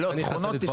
------ רשות הדיבור.